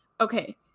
Okay